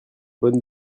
bonne